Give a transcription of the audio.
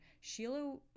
Sheila